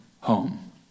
home